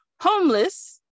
homeless